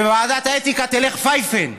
וועדת האתיקה תלך פייפן.